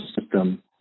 system